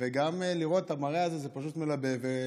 וגם לראות את המראה הזה, זה פשוט מלבב.